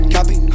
Copy